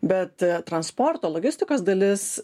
bet transporto logistikos dalis